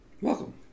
Welcome